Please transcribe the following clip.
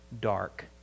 dark